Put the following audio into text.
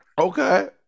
Okay